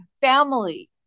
family